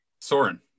Soren